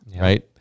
right